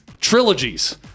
trilogies